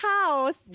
house